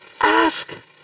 Ask